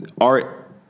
art